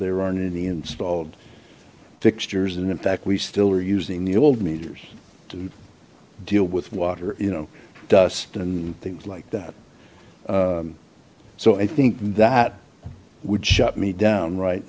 there aren't any installed fixtures and in fact we still are using the old meters to deal with water you know dust and things like that so i think that would shut me down right